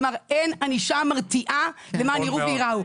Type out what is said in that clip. כלומר, אין ענישה מרתיעה למען יראו וייראו.